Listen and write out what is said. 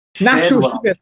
Natural